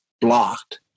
blocked